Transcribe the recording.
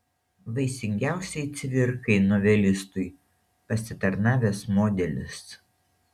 vaisingiausiai cvirkai novelistui pasitarnavęs modelis